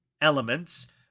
elements